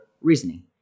reasoning